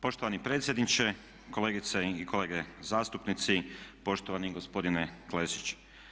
Poštovani predsjedniče, kolegice i kolege zastupnici, poštovani gospodine Klešić.